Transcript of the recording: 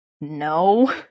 no